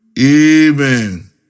Amen